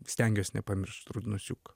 stengiuosi nepamiršt rudnosiuko